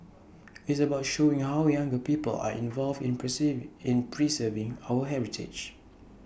it's about showing how younger people are involved in perceive in preserving our heritage